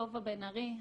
טובה בן ארי,